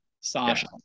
Sasha